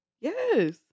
Yes